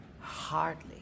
Hardly